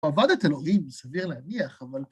הוא עבד את אלוהים, סביר להניח, אבל...